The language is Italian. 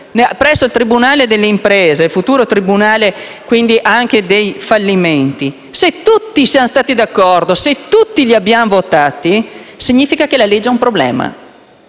presso il tribunale delle imprese, futuro tribunale quindi anche dei fallimenti; se tutti siamo stati d'accordo e se tutti li abbiamo votati, significa che la legge ha un problema.